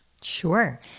Sure